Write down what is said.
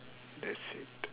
that's it